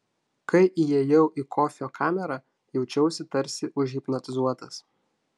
kai įėjau į kofio kamerą jaučiausi tarsi užhipnotizuotas